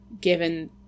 given